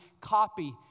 copy